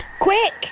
Quick